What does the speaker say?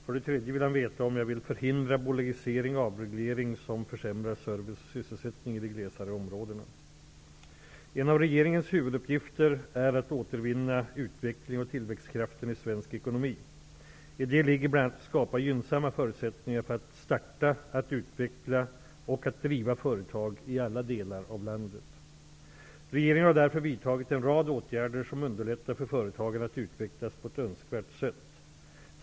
För det tredje vill han veta om jag vill förhindra bolagisering och avreglering som försämrar service och sysselsättning i de glesare områdena. En av regeringens huvuduppgifter är att återvinna utvecklings och tillväxtkraften i svensk ekonomi. I det ligger bl.a. att skapa gynnsamma förutsättningar för att starta, utveckla och driva företag i alla delar av landet. Regeringen har därför vidtagit en rad åtgärder som underlättar för företagen att utvecklas på ett önskvärt sätt.